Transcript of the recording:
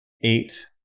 eight